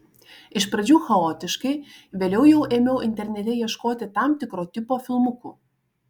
iš pradžių chaotiškai vėliau jau ėmiau internete ieškoti tam tikro tipo filmukų